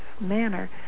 manner